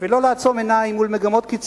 חבר הכנסת